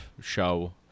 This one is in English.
show